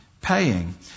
paying